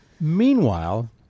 Meanwhile